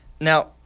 now